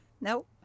Nope